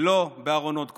ולא בארונות קבורה.